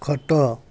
ଖଟ